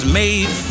made